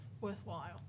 worthwhile